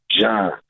John